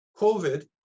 COVID